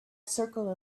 circle